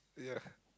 yeah